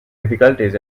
difficulties